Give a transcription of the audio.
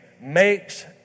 makes